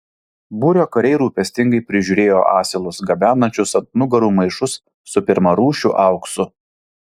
būrio kariai rūpestingai prižiūrėjo asilus gabenančius ant nugarų maišus su pirmarūšiu auksu